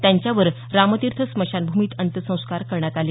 त्यांच्यावर रामतीर्थ स्मशानभूमीत अंत्यसंस्कार करण्यात आले